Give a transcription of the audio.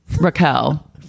Raquel